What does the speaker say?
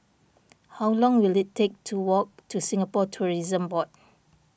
how long will it take to walk to Singapore Tourism Board